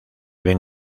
ven